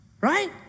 Right